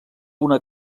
una